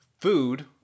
food